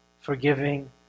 forgiving